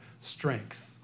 strength